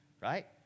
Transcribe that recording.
right